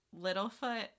Littlefoot